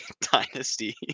dynasty